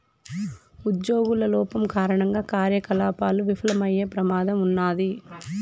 ఉజ్జోగుల లోపం కారణంగా కార్యకలాపాలు విఫలమయ్యే ప్రమాదం ఉన్నాది